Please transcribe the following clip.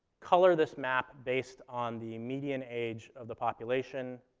color this map based on the median age of the population